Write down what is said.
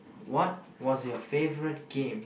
what was your favorite game